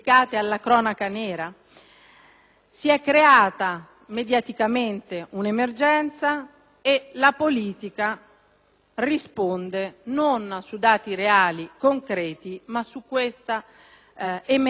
Si è creata mediaticamente un'emergenza; la politica risponde non su dati reali concreti, ma su questa emergenza creata.